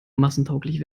massentauglich